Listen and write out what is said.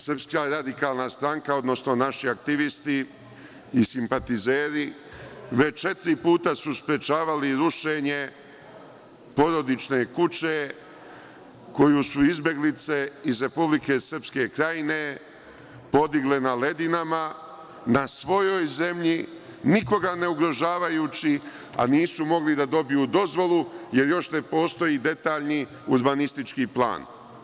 Srpska radikalna stranka, odnosno naši aktivisti i simpatizeri već četiri puta su sprečavali rušenje porodične kuće koju su izbeglice iz Republike Srpske Krajine podigle na Ledinama, na svojoj zemlji, nikoga ne ugrožavaju, a nisu mogli da dobiju dozvolu, jer još ne postoji detaljni urbanistički plan.